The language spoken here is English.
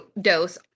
dose